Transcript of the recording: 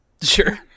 Sure